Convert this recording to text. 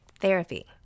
Therapy